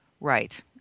Right